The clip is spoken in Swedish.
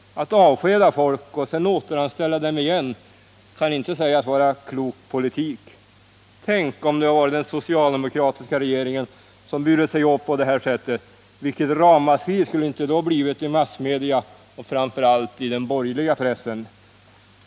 Att avskeda folk och sedan återanställa dem igen kan inte sägas vara klok politik. Tänk om det varit den socialdemokratiska regeringen som burit sig åt på det sättet — vilket ramaskri skulle det inte då blivit i massmedia och framför allt i den borgerliga pressen!